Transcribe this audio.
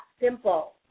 simple